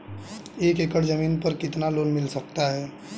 एक एकड़ जमीन पर कितना लोन मिल सकता है?